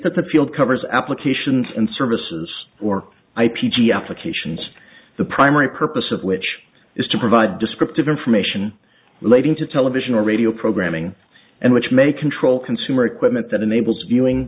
that the field covers applications and services or i p g applications the primary purpose of which is to provide descriptive information relating to television or radio programming and which may control consumer equipment that enables viewing